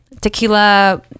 Tequila